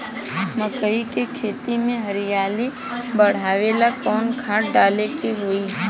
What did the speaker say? मकई के खेती में हरियाली बढ़ावेला कवन खाद डाले के होई?